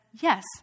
yes